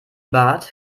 bad